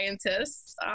scientists